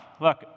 look